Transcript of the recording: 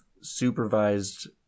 supervised